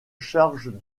charge